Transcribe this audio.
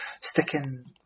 sticking